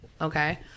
Okay